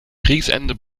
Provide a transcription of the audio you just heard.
kriegsende